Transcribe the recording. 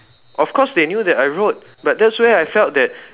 of course they knew that I wrote but that's where I felt that